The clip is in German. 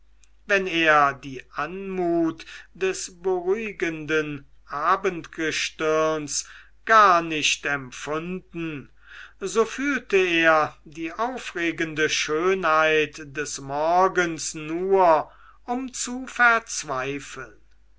wenn er die anmut des beruhigenden abendgestirns gar nicht empfunden so fühlte er die aufregende schönheit des morgens nur um zu verzweifeln